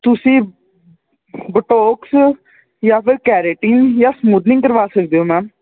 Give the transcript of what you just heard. ਤੁਸੀਂ ਬਟੋਕਸ ਜਾਂ ਫਿਰ ਕੈਰੇਟੀਨ ਜਾਂ ਸਮੂਦਨਿੰਗ ਕਰਵਾ ਸਕਦੇ ਹੋ ਮੈਮ